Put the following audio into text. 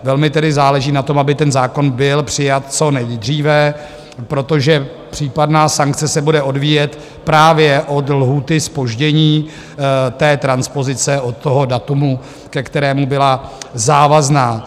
Velmi tedy záleží na tom, aby ten zákon byl přijat co nejdříve, protože případná sankce se bude odvíjet právě od lhůty zpoždění transpozice od toho data, ke kterému byla závazná.